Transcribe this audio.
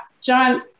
John